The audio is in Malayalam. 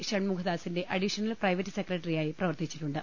ഷൺമുഖദാ സിന്റെ അഡീഷണൽ പ്രൈവറ്റ് സെക്രട്ടറിയായി പ്രവർത്തിച്ചിട്ടുണ്ട്